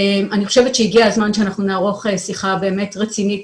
אני חושבת שהגיע הזמן שאנחנו נערוך שיחה באמת רצינית